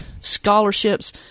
scholarships